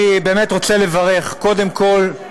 אני באמת רוצה לברך, קודם כול,